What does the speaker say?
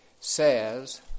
says